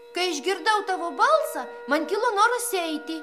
kai išgirdau tavo balsą man kilo noras eiti